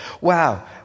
Wow